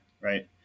Right